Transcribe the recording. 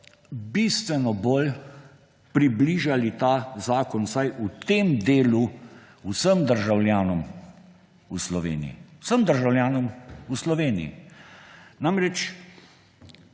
bistveno bolj približali ta zakon, vsaj v tem delu, vsem državljanom v Sloveniji. Vsem državljanom v Sloveniji.